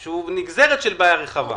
שהוא נגזרת של בעיה רחבה.